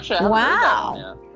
Wow